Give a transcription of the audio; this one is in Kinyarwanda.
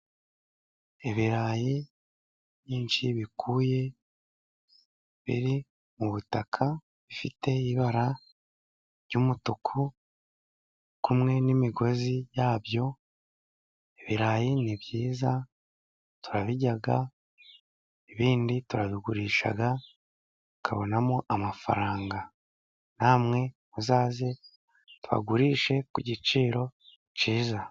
Ibirayi byinshi bikuye biri mu butaka, bifite ibara ry' umutuku kumwe n'imigozi yabyo. Ibirayi ni byiza turabirya, ibindi turabigurisha tukabona amafaranga. Namwe muzaze tubagurishe ku giciro cyiza.